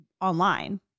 online